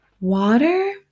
water